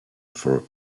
for